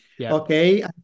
okay